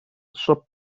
soap